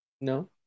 No